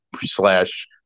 slash